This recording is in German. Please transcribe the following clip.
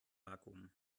vakuum